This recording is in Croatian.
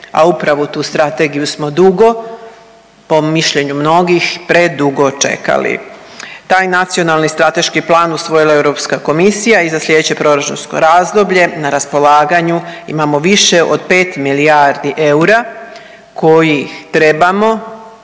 a upravo u tu strategiju smo dugo po mišljenju mnogih predugo čekali. Taj Nacionalni strateški plan usvojila je Europska komisija i za sljedeće proračunsko razdoblje na raspolaganju imamo više od 5 milijardi eura kojih trebamo,